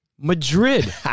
Madrid